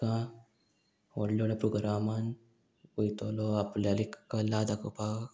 तुका व्हडले व्हडल्या प्रोग्रामान वयतलो आपल्याली कला दाखोवपाक